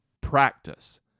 practice